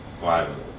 five